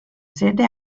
sede